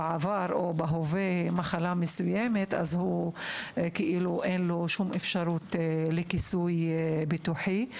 בעבר או בהווה את זה שלא תהיה לו שום אפשרות לכיסוי ביטוחי.